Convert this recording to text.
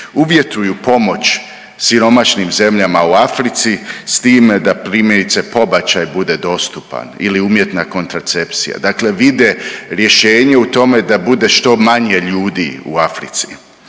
uvjetuju pomoć siromašnim zemljama u Africi s time da primjerice pobačaj bude dostupan ili umjetna kontracepcija, dakle vide rješenje u tome da bude što manje ljudi u Africi.